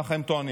ככה הם טוענים,